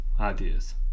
ideas